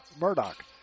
Murdoch